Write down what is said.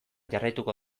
jarraituko